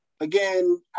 again